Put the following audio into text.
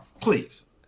please